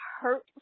hurt